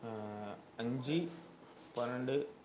அஞ்சு பன்னெண்டு